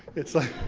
it's like,